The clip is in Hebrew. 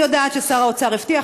אני יודעת ששר האוצר הבטיח,